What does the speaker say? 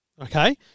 okay